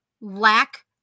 lack